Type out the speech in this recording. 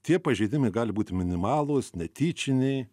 tie pažeidimai gali būt minimalūs netyčiniai